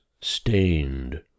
stained